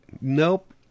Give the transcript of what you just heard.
Nope